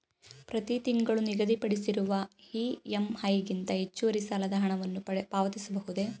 ಪ್ರತಿ ತಿಂಗಳು ನಿಗದಿಪಡಿಸಿರುವ ಇ.ಎಂ.ಐ ಗಿಂತ ಹೆಚ್ಚುವರಿ ಸಾಲದ ಹಣವನ್ನು ಪಾವತಿಸಬಹುದೇ?